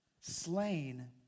slain